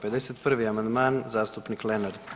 51. amandman zastupnik Lenart.